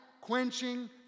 quenching